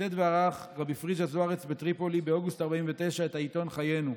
ייסד וערך רבי פריג'א זוארץ בטריפולי באוגוסט 1949 את העיתון "חיינו".